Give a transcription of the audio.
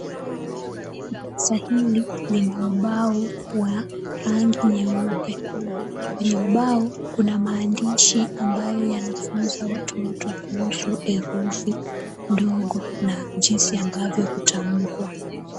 Darasa hili lina ubao wa rangi nyeupe. Kwenye ubao kuna maandishi ambayo yanafunza watoto kuhusu herufi ndogo na jinsi ambavyo hutamkwa.